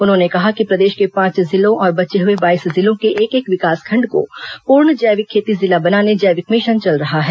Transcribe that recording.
उन्होंने कहा कि प्रदेश के पांच जिलों और बचे हए बाईस जिलों के एक एक विकासखंड को पूर्ण जैविक खेती जिला बनाने जैविक मिशन चल रहा है